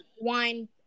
wine